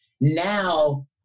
Now